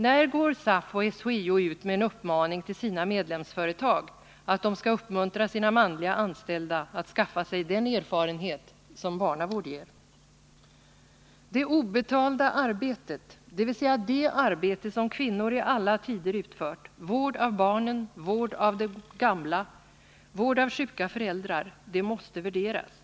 När går SAF och SHIO ut med en uppmaning till sina medlemsföretag att de skall uppmuntra sina manliga anställda att skaffa sig den erfarenhet som barnavård ger? Det obetalda arbetet, dvs. det arbete som kvinnor i alla tider utfört, vård av barnen, vård av de gamla, vård av sjuka föräldrar, måste värderas.